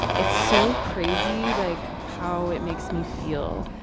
it's so crazy like how it makes me feel.